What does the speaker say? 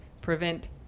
prevent